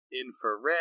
infrared